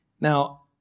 Now